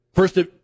first